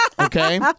Okay